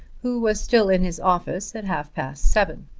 who was still in his office at half-past seven.